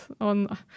on